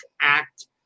act